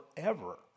forever